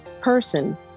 person